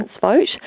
vote